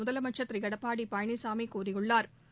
முலமைச்சா் திரு எடப்பாடி பழனிசாமி கூறியுள்ளாா்